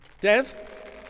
Dev